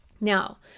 Now